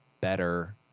better